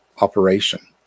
operation